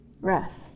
rest